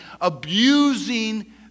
abusing